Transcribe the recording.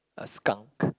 a skunk